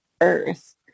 earth